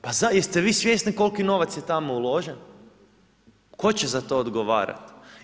Pa jeste vi svjesni koliki novac je tamo uložen, tko će za to odgovarat?